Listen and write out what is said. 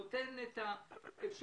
הוא נותן את האפשרות